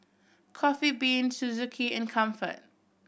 Coffee Bean Suzuki and Comfort